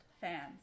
fans